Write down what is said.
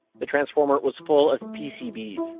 the transformer was full of pcbs,